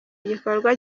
igikorwa